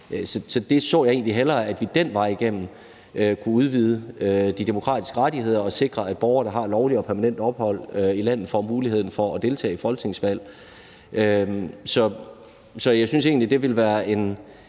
Så jeg så egentlig hellere, at vi ad den vej kunne udvide de demokratiske rettigheder og sikre, at borgere, der har lovligt og permanent ophold i landet, får muligheden for at deltage i folketingsvalg. Det syntes jeg egentlig ville være en